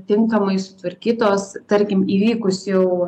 tinkamai sutvarkytos tarkim įvykus jau